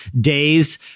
days